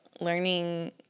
learning